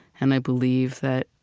and i believe that